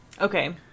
Okay